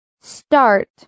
start